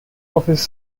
office